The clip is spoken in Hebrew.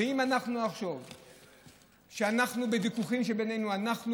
ואם אנחנו נחשוב שבוויכוחים שבינינו אנחנו